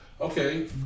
Okay